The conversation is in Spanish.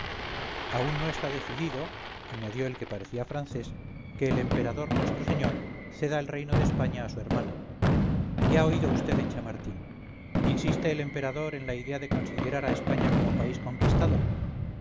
aún no está decidido añadió el que parecía francés que el emperador nuestro señor ceda el reino de españa a su hermano qué ha oído vd en chamartín insiste el emperador en la idea de considerar a españa como país conquistado